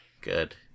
Good